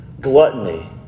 gluttony